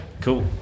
Cool